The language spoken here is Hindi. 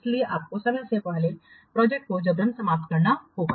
इसलिए आपको समय से पहले प्रोजेक्ट को जबरन समाप्त करना होगा